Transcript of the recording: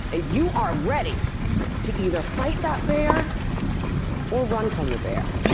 and you are ready to either fight that bear or run from the bear.